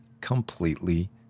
completely